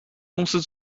公司